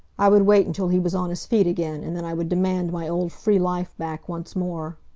i would wait until he was on his feet again, and then i would demand my old free life back once more.